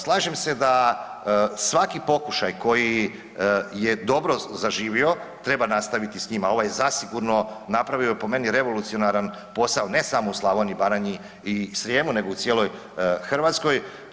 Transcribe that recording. Slažem se da svaki pokušaj koji je dobro zaživio treba nastavit s njim, a ovaj je zasigurno napravio po meni revolucionaran posao ne samo u Slavoniji, Baranji i Srijemu nego u cijeloj Hrvatskoj.